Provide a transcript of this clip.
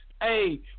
Hey